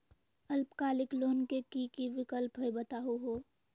अल्पकालिक लोन के कि कि विक्लप हई बताहु हो?